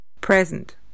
present